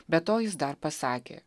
be to jis dar pasakė